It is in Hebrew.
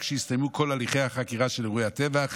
רק כשיסתיימו כל הליכי החקירה של אירועי הטבח